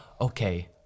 okay